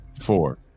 four